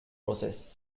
process